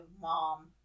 mom